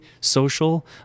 social